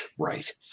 right